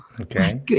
Okay